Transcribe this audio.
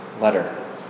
letter